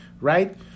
Right